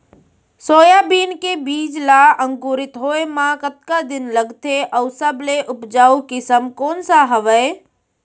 Soybean के बीज ला अंकुरित होय म कतका दिन लगथे, अऊ सबले उपजाऊ किसम कोन सा हवये?